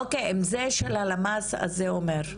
אוקיי, אם זה של הלמ"ס אז זה אומר.